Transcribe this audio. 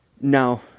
No